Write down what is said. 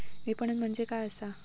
विपणन म्हणजे काय असा?